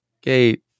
gate